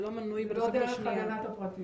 זה לא --- לא דרך הגנת הפרטיות.